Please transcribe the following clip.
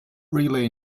really